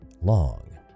long